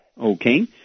Okay